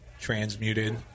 transmuted